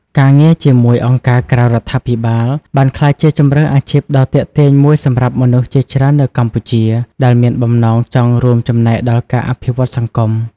ការងារជាមួយ អង្គការក្រៅរដ្ឋាភិបាល បានក្លាយជាជម្រើសអាជីពដ៏ទាក់ទាញមួយសម្រាប់មនុស្សជាច្រើននៅកម្ពុជា ដែលមានបំណងចង់រួមចំណែកដល់ការអភិវឌ្ឍសង្គម។